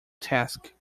task